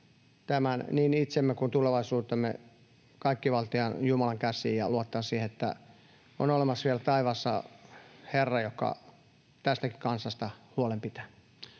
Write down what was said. tämän, niin itsemme kuin tulevaisuutemme, kaikkivaltiaan Jumalan käsiin ja luottaa siihen, että on olemassa vielä taivaassa Herra, joka tästäkin kansasta huolen pitää.